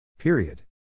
Period